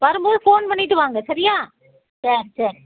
வரும் போது ஃபோன் பண்ணிவிட்டு வாங்க சரியா சரி சரி